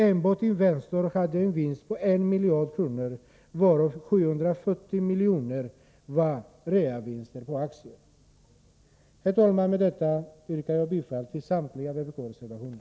Enbart Investor hade en vinst på 1 miljard kronor, varav 740 miljoner var reavinster på aktier. Herr talman! Med detta yrkar jag bifall till samtliga vpk:s reservationer.